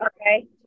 Okay